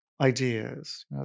ideas